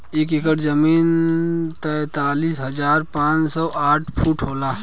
एक एकड़ जमीन तैंतालीस हजार पांच सौ साठ वर्ग फुट होला